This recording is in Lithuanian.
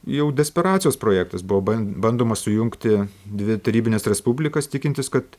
jau desperacijos projektas buvo bandoma sujungti dvi tarybines respublikas tikintis kad